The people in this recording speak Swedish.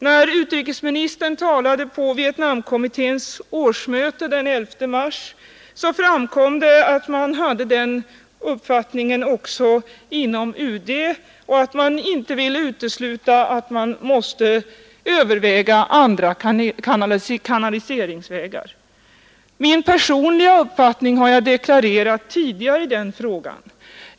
När utrikesministern talade på Vietnamkommitténs årsmöte den 11 mars framkom det att man hade den uppfattningen också inom UD och att man inte ville utesluta att andra kanaliseringsvägar måste övervägas. Min personliga uppfattning har jag deklarerat tidigare i denna fråga.